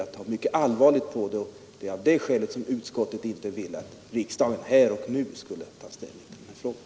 Utskottet kan därför inte ta ansvaret för att riksdagen här och nu tar ställning till denna fråga.